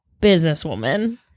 businesswoman